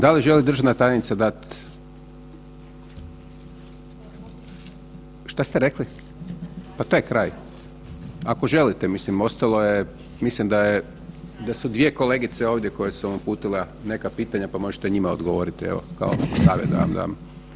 Da li želi državna tajnica dat, šta ste rekli, pa to je kraj, ako želite mislim ostalo je, mislim da je da su dvije kolegice ovdje koje su vam uputile neka pitanja pa možete njima odgovoriti, evo kao savjet da vam dam.